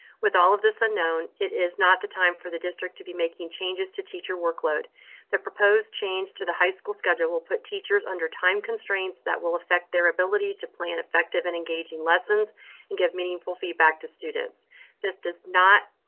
with all of this unknown, it is not the time for the district to be making changes to teacher workload that proposed change to the high school schedule will put teachers under time constraints that will affect their ability to plan effective and engaging lessons and give meaningful feedback to students. this does not.